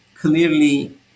clearly